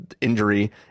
injury